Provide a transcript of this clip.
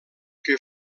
que